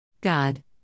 God